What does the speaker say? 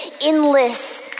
endless